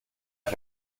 ich